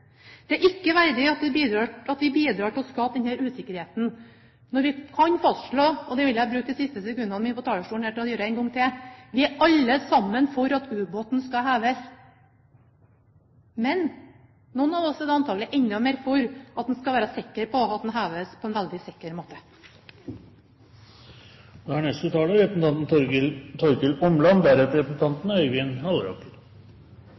er jeg litt oppgitt i dag. Det er ikke verdig at vi bidrar til å skape denne usikkerheten når vi kan fastslå – og det vil jeg bruke de siste sekundene mine på talerstolen til å gjøre en gang til – at vi alle sammen er for at ubåten skal heves. Men noen av oss er antakelig enda mer for at man skal være sikker på at den heves på en veldig sikker måte. Det er